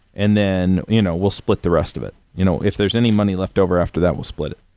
and then you know we'll split the rest of it. you know if there's any money left over after that, we'll split it.